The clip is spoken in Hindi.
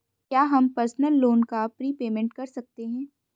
क्या हम पर्सनल लोन का प्रीपेमेंट कर सकते हैं?